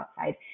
outside